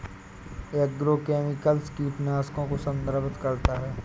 agrochemicals कीटनाशकों को संदर्भित करता है